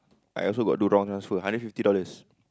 I also got do wrong ah so hundred fifty dollars